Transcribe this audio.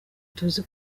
tuzi